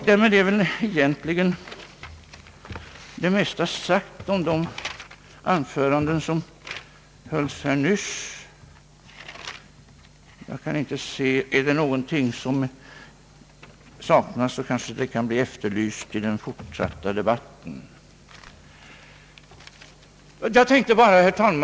Därmed är väl egentligen det mesta sagt om de anföranden som hållits här nyss. Är det något som saknas kanske det kan bli efterlyst i den fortsatta debatten.